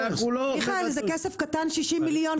מיכאל, זה כסף קטן ה-60 מיליון.